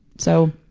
so,